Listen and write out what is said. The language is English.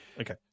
Okay